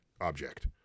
object